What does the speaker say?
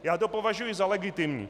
Já to považuji za legitimní.